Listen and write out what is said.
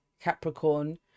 Capricorn